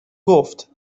گفت